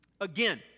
Again